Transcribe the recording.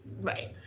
Right